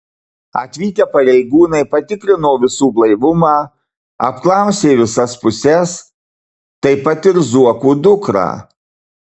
atvykę pareigūnai patikrino visų blaivumą apklausė visas puses taip pat ir zuokų dukrą